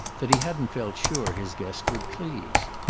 that he hadn't felt sure his guest would please.